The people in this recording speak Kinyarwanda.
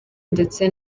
ndetse